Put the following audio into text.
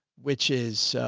which is, ah,